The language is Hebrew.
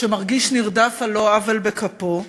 שמרגיש נרדף על לא עוול בכפו,